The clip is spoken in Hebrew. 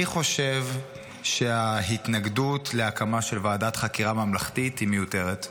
אני חושב שההתנגדות להקמה של ועדת חקירה ממלכתית היא מיותרת.